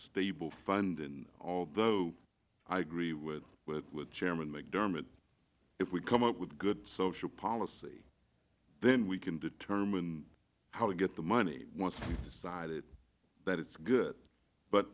stable funding although i agree with chairman mcdermott if we come up with a good social policy then we can determine how to get the money once decided that it's good but